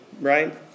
right